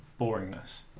boringness